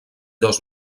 dos